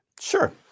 Sure